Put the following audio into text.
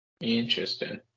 Interesting